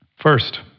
First